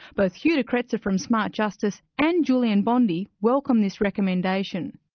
both hugh de kretser from smart justice and julian bondy welcome this recommendation.